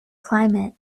climate